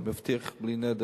אני מבטיח, בלי נדר,